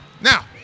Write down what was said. Now